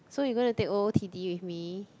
so you gonna take over t_d with me